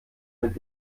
mit